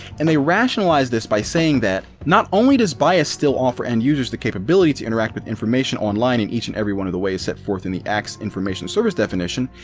and they rationalize this by saying that not only does bias still offer end users the capability to interact with information online in each and every one of the ways set forth in the act's information service definition,